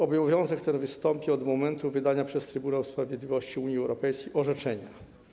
Obowiązek ten wystąpi od momentu wydania przez Trybunał Sprawiedliwości Unii Europejskiej orzeczenia.